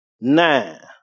Nine